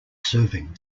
serving